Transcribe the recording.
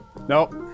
nope